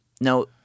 No